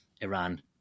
Iran